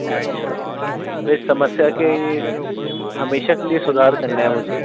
अच्छा ये समस्या के ये हमेशा के लिए सुधार करना है मुझे